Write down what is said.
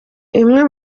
imwe